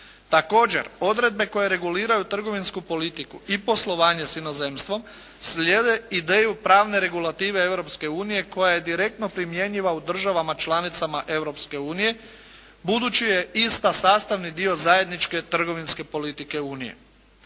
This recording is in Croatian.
Također odredbe koje reguliraju trgovinsku politiku i poslovanje s inozemstvom slijede ideju pravne regulative Europske unije koja je direktno primjenjiva u državama članicama Europske unije budući je ista sastavni dio zajedničke trgovinske politike Unije.